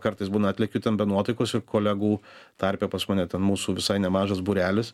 kartais būna atlekiu ten be nuotaikos ir kolegų tarpe pas mane ten mūsų visai nemažas būrelis